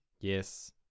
Yes